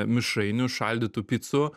mišrainių šaldytų picų